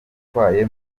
atwaye